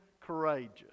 courageous